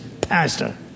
pastor